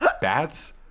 Bats